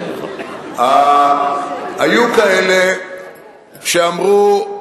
היו כאלה שאמרו: